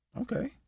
Okay